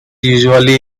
usually